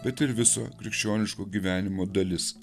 bet ir viso krikščioniško gyvenimo dalis